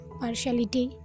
partiality